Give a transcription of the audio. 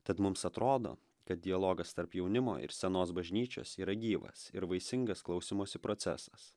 tad mums atrodo kad dialogas tarp jaunimo ir senos bažnyčios yra gyvas ir vaisingas klausymosi procesas